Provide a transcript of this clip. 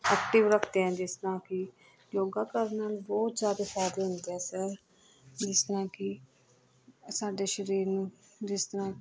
active ਰੱਖਦੇ ਐ ਜਿਸ ਤਰ੍ਹਾਂ ਕਿ ਯੋਗਾ ਕਰਨ ਨਾਲ ਬਹੁਤ ਜ਼ਿਆਦਾ ਫਾਇਦੇ ਹੁੰਦੇ ਹੈ ਸਰ ਜਿਸ ਤਰ੍ਹਾਂ ਕਿ ਸਾਡੇ ਸਰੀਰ ਨੂੰ ਜਿਸ ਤਰ੍ਹਾਂ